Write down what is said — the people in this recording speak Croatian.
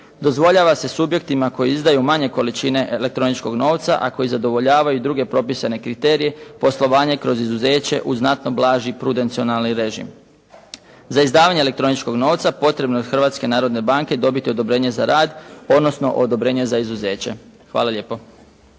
Dozvoljava se subjektima koji izdaju manje količine elektroničkog novca, a koji zadovoljavaju druge propisane kriterije, poslovanje kroz izuzeće u znatno blaži prudencionalni režim. Za izdavanje elektroničkog novca potrebno je od Hrvatske narodne banke dobiti odobrenje za rad, odnosno odobrenje za izuzeće. Hvala lijepo.